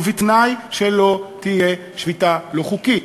ובתנאי שלא תהיה שביתה לא חוקית.